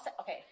okay